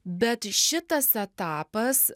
bet šitas etapas